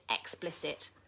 explicit